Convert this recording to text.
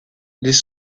les